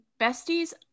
besties